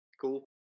Cool